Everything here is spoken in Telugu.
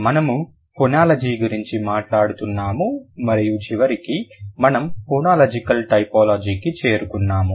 మనము ఫోనాలజీ గురించి మాట్లాడుతున్నాము మరియు చివరికి మనము ఫోనోలాజికల్ టైపోలాజీకి చేరుకున్నాము